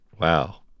Wow